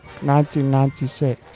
1996